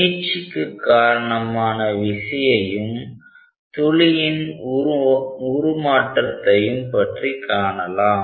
நீட்சிக்கு காரணமான விசையையும் துளியின் உருமாற்றத்தையும் பற்றி காணலாம்